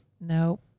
No